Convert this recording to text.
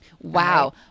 Wow